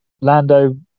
lando